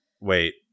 wait